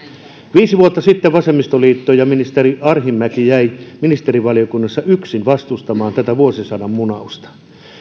viisi vuotta sitten vasemmistoliitto ja ministeri arhinmäki jäivät ministerivaliokunnassa yksin vastustamaan tätä vuosisadan munausta